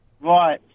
Right